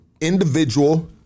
individual